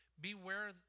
Beware